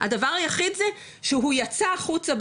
הדבר היחיד זה שהוא יצא החוצה,